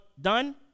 done